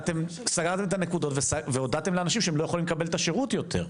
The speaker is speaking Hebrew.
סגרתם את הנקודות אבל הודעתם לאנשים שלא יכולים לקבל את השירות יותר.